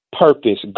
purpose